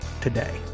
today